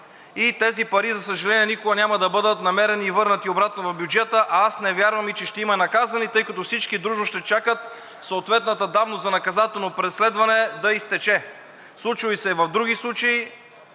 и тези пари, за съжаление, никога няма да бъдат намерени и върнати обратно в бюджета, а аз не вярвам и че ще има наказани, тъй като всички дружно ще чакат съответната давност за наказателно преследване да изтече. Случвало се е и в други случаи,